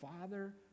father